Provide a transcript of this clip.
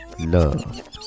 love